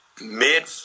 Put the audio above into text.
mid